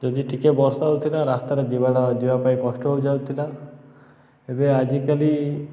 ଯଦି ଟିକେ ବର୍ଷା ହଉଥିଲା ରାସ୍ତାରେ ଯିବା ଯିବା ପାଇଁ କଷ୍ଟ ହେଇ ଯାଉଥିଲା ଏବେ ଆଜିକାଲି